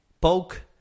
poke